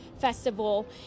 festival